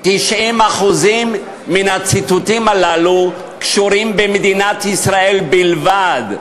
90% מן הציטוטים הללו קשורים למדינת ישראל בלבד.